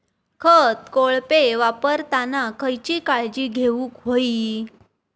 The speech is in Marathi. खत कोळपे वापरताना खयची काळजी घेऊक व्हयी?